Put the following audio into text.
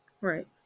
Right